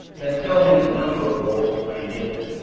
then tell him the number of volts you're going to give him.